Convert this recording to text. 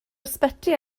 ysbyty